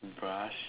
brush